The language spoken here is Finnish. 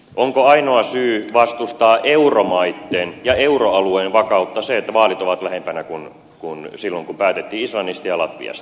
onko ainoa syy vastustaa euromaitten ja euroalueen vakautta se että vaalit ovat lähempänä kuin silloin kun päätettiin islannista ja latviasta